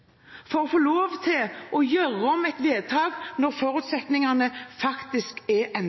fra å få lov til å gjøre om et vedtak, når forutsetningene faktisk var endret. Det synes Kristelig Folkeparti er